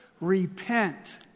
Repent